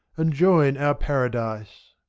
and join our paradise.